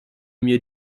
mir